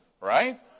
Right